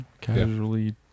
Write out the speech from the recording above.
Casually